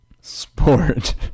sport